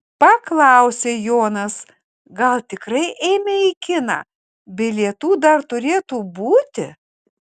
paklausė jonas gal tikrai eime į kiną bilietų dar turėtų būti